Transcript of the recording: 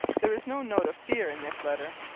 there is no note of fear in this letter.